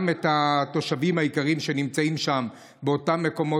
את התושבים היקרים שנמצאים שם באותם מקומות.